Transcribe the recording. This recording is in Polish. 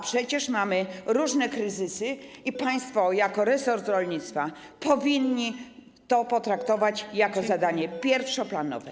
Przecież mamy różne kryzysy i państwo jako przedstawiciele resortu rolnictwa powinni to potraktować jako zadanie pierwszoplanowe.